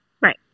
Right